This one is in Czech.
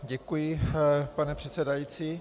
Děkuji, pane předsedající.